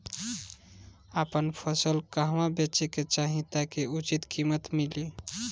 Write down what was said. आपन फसल कहवा बेंचे के चाहीं ताकि उचित कीमत मिली?